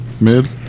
Mid